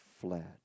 fled